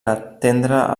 atendre